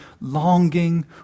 longing